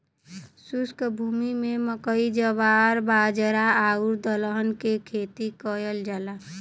शुष्क भूमि में मकई, जवार, बाजरा आउर दलहन के खेती कयल जाला